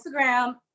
Instagram